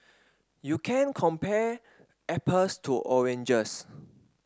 you can compare apples to oranges